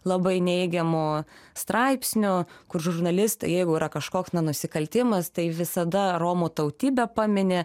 labai neigiamų straipsnių kur žurnalistai jeigu yra kažkoks na nusikaltimas tai visada romų tautybę pamini